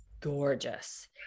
gorgeous